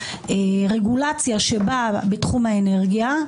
רגולציה בתחום האנרגיה.